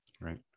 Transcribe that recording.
right